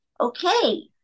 okay